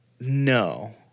No